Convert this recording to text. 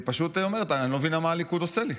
היא פשוט אומרת: אני לא מבינה מה הליכוד עושה לי.